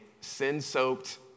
sin-soaked